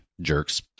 Jerks